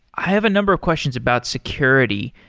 i have a number of questions about security.